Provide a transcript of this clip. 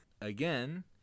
Again